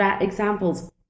examples